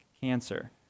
Cancer